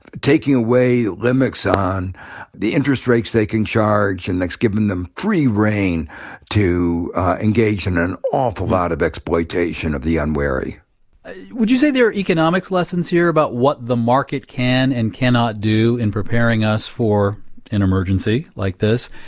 taking away limits on the interest rates they can charge, and that's given them free rein to engage in an awful lot of exploitation of the unwary would you say there are economics lessons, here, about what the market can and cannot do in preparing us for an emergency like this,